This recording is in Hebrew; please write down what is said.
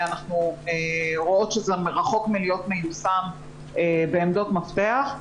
ואנחנו רואות שזה רחוק מלהיות מיושם בעמדות מפתח.